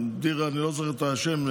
אני לא זוכר את השם,